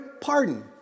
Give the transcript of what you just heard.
pardon